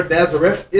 Nazareth